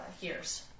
years